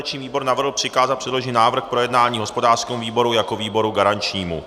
Organizační výbor navrhl přikázat předložený návrh k projednání hospodářskému výboru jako výboru garančnímu.